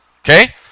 okay